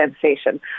sensation